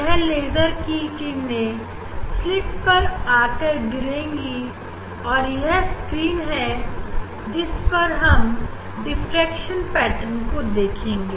यह लेजर की किरने स्लिट पर आकर गिरेगी और यह स्क्रीन है जिस पर हम डिफ्रेक्शन पेटर्न को देखेंगे